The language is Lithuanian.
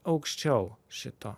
aukščiau šito